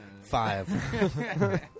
Five